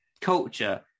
culture